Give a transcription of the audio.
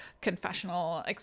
confessional